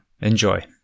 Enjoy